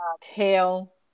tail